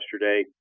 yesterday